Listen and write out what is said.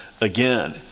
again